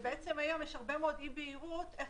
היום יש הרבה מאוד אי בהירות איך